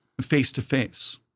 face-to-face